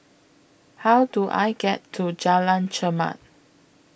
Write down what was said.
How Do I get to Jalan Chermat